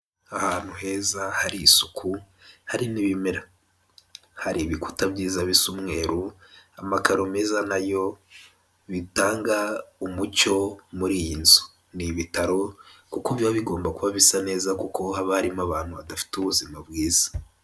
Ahantu heza hari isuku hari n'ibimera hari ibikuta byiza bisa umweru amakararo meza nayo bitanga umucyo muri iyi nzu, ni ibitaro kuko biba bigomba kuba bisa neza kuko haba harimo abantu badafite ubuzima bwiza.